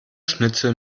schnitzel